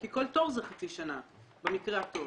כי כל תור זה חצי שנה במקרה הטוב,